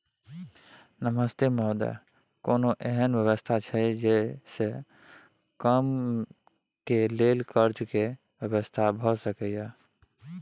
नमस्ते महोदय, कोनो एहन व्यवस्था छै जे से कम के लेल कर्ज के व्यवस्था भ सके ये?